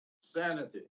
sanity